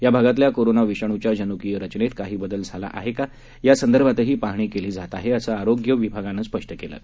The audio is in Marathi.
या भागातल्या करोना विषाणूच्या जनुकीय रचनेत काही बदल झालेला आहे का या संदर्भातही पाहणी केली जात आहे असं आरोग्य विभागानं स्पष्ट केलं आहे